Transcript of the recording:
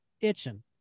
itching